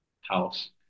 house